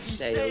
say